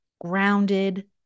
grounded